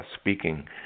speaking